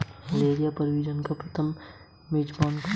Malaria परजीवी का प्राथमिक मेजबान कौन है?